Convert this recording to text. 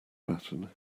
pattern